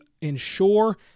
ensure